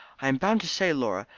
i am bound to say, laura,